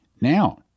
Now